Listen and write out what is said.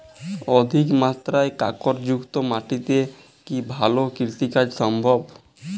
অধিকমাত্রায় কাঁকরযুক্ত মাটিতে কি ভালো কৃষিকাজ সম্ভব?